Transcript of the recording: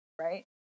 right